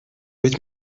ведь